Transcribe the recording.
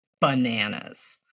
bananas